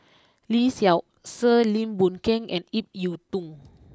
Lee Seow Ser Lim Boon Keng and Ip Yiu Tung